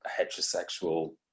heterosexual